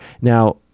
Now